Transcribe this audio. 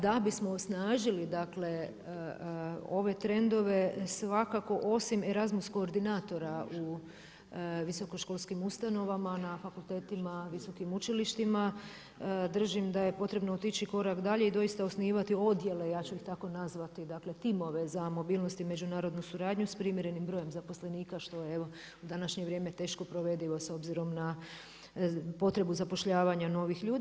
Da bismo osnažili, dakle ove trendove svakako osim Erasmus koordinatora u visoko školskim ustanovama, na fakultetima, visokim učilištima držim da je potrebno otići korak dalje i doista osnivati odjele ja ću ih tamo nazvati, dakle timove za mobilnost i međunarodnu suradnju s primjerenim brojem zaposlenika što je vo u današnje vrijeme teško provedivo s obzirom na potrebu zapošljavanja novih ljudi.